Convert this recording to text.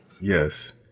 Yes